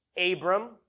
Abram